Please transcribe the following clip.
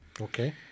Okay